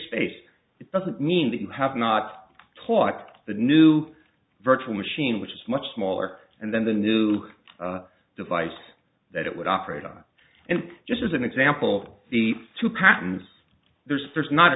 space it doesn't mean that you have not taught the new virtual machine which is much smaller and then the new device that it would operate on and just as an example the two patterns there's there's not a